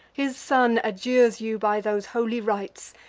his son adjures you by those holy rites,